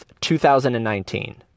2019